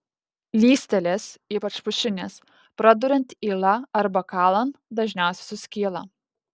lystelės ypač pušinės praduriant yla arba kalant dažniausiai suskyla